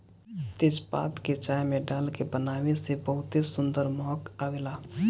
तेजपात के चाय में डाल के बनावे से बहुते सुंदर महक आवेला